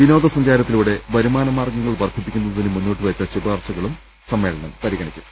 വിനോദ സഞ്ചാരത്തിലൂടെ വരുമാന മാർഗ ങ്ങൾ വർധിപ്പിക്കുന്നതിന് മുന്നോട്ടുവെച്ച ശുപാർശകളും സമ്മേളനം പരി ഗണിക്കും